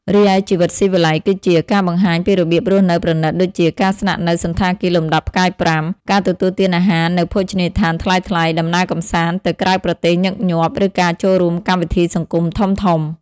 រីឯជីវិតស៊ីវិល័យគឺជា ការបង្ហាញពីរបៀបរស់នៅប្រណីតដូចជាការស្នាក់នៅសណ្ឋាគារលំដាប់ផ្កាយប្រាំ ការទទួលទានអាហារនៅភោជនីយដ្ឋានថ្លៃៗ ដំណើរកម្សាន្តទៅក្រៅប្រទេសញឹកញាប់ ឬការចូលរួមកម្មវិធីសង្គមធំៗ។